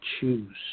choose